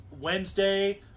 Wednesday